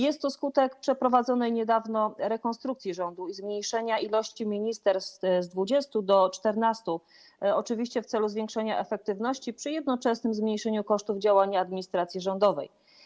Jest to skutek przeprowadzonej niedawno rekonstrukcji rządu i zmniejszenia liczby ministerstw z 20 do 14, oczywiście w celu zwiększenia efektywności przy jednoczesnym zmniejszeniu kosztów działania administracji rządowej.